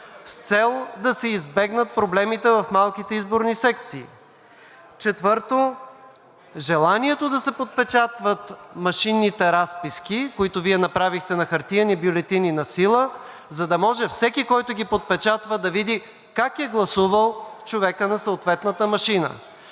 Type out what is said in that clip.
с цел да се избегнат проблемите в малките изборни секции. Четвърто, желанието да се подпечатват машинните разписки, които Вие направихте на хартиени бюлетини насила, за да може всеки, който ги подпечатва, да види как е гласувал човекът на съответната машина.